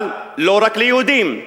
אבל לא רק ליהודים,